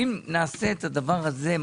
אם נעשה את הדבר הזה,